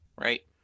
right